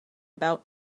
about